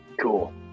Cool